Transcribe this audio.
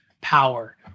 power